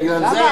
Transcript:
בגלל זה,